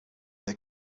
they